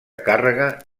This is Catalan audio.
càrrega